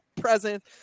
present